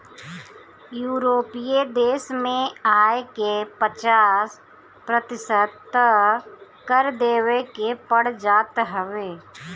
यूरोपीय देस में आय के पचास प्रतिशत तअ कर देवे के पड़ जात हवे